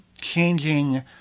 changing